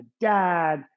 dad